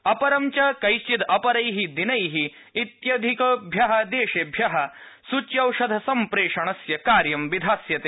अपरं च कैश्चिद् अपरैः दिनैः इतोधिकेभ्यः देशेभ्यः सूच्यौषधसम्प्रेषणस्य कार्य विधास्यते